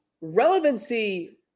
relevancy